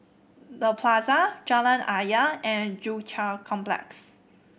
The Plaza Jalan Ayer and Joo Chiat Complex